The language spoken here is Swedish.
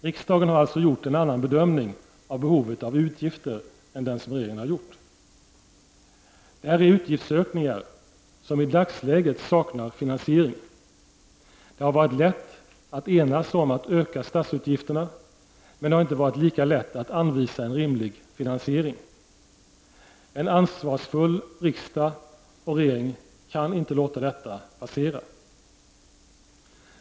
Riksdagen har alltså gjort en annan bedömning av behovet av utgifter än den som regeringen har gjort. Detta är utgiftsökningar som i dagsläget saknar finansiering. Det har varit lätt att enas om att öka statsutgifterna, men det har inte varit lika lätt att anvisa en rimlig finansiering. En ansvarsfull riksdag och regering kan inte låta detta passera.